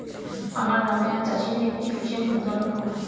আমার গ্রামে আজ চাষিরা একটি ফিসারি উদ্ঘাটন করল